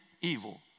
evil